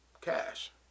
cash